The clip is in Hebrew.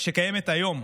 שקיימת היום,